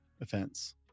offense